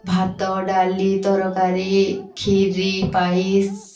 ଭାତ ଡାଲି ତରକାରୀ କ୍ଷିରି ପାୟସ୍